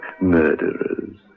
murderers